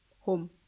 home